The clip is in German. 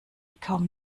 kaum